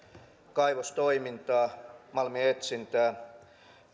kaivostoimintaa malmin etsintää